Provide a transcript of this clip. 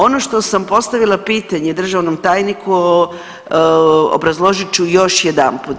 Ono što sam postavila pitanje državnom tajniku, obrazložit ću još jedanput.